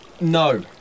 No